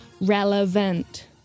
relevant